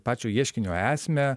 pačio ieškinio esmę